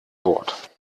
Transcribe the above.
bord